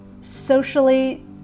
socially